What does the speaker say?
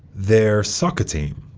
their soccer team.